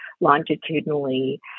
longitudinally